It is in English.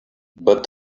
but